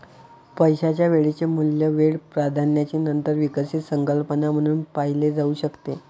पैशाचे वेळेचे मूल्य वेळ प्राधान्याची नंतर विकसित संकल्पना म्हणून पाहिले जाऊ शकते